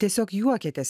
tiesiog juokiatės